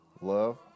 love